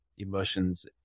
emotions